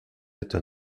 êtes